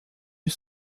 eût